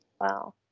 Wow